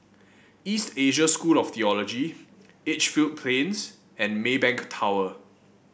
East Asia School of the Theology Edgefield Plains and Maybank Tower